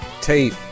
tape